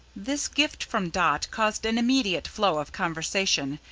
this gift from dot caused an immediate flow of conversation,